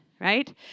right